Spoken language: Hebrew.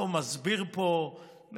לא מסביר פה,